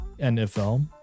NFL